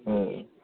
अह